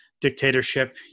dictatorship